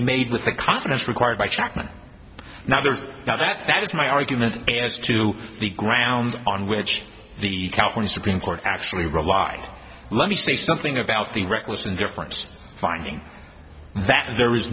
be made with the confidence required by shock and now there's now that that is my argument as to the ground on which the california supreme court actually relied let me say something about the reckless indifference finding that there is